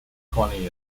twentieth